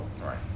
Right